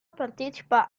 partecipa